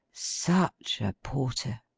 such a porter!